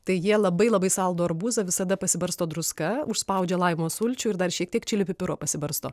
tai jie labai labai saldų arbūzą visada pasibarsto druska užspaudžia laimo sulčių ir dar šiek tiek čili pipiro pasibarsto